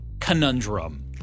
Conundrum